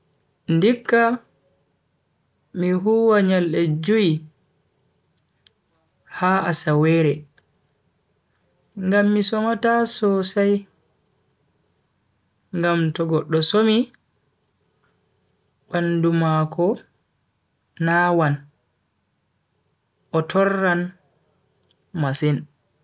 Ndikka mi huwa nyalde jui ha asawere ngam mi somata sosai. ngam to goddo somi bandu mako nawan o torran masin.